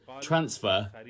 transfer